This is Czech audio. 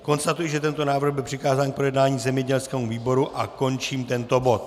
Konstatuji, že tento návrh byl přikázán k projednání zemědělskému výboru, a končím tento bod.